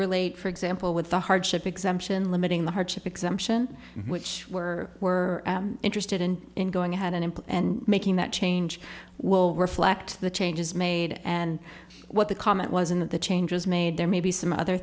relate for example with the hardship exemption limiting the hardship exemption which were were interested in going ahead an input and making that change will reflect the changes made and what the comment was in the changes made there may be some other